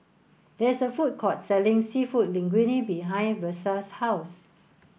there is a food court selling Seafood Linguine behind Versa's house